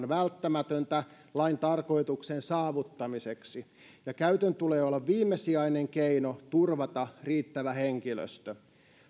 välttämätöntä lain tarkoituksen saavuttamiseksi ja käytön tulee olla viimesijainen keino turvata riittävä henkilöstö